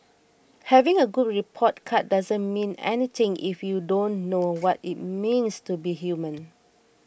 having a good report card doesn't mean anything if you don't know what it means to be human